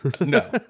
no